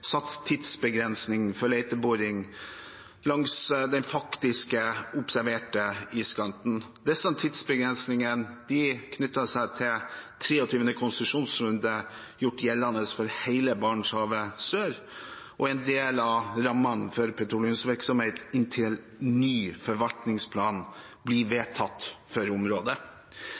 tidsbegrensning for leteboring langs den faktisk observerte iskanten. Disse tidsbegrensningene knytter seg til 23. konsesjonsrunde, gjort gjeldende for hele Barentshavet sør, og er en del av rammene for petroleumsvirksomhet inntil ny forvaltningsplan blir vedtatt for området.